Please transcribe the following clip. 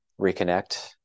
reconnect